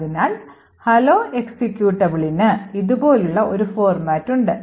അതിനാൽ Hello എക്സിക്യൂട്ടബിളിന് ഇതുപോലുള്ള ഒരു ഫോർമാറ്റ് ഉണ്ട്